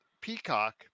Peacock